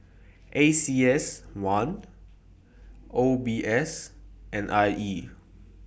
A C S one O B S and I E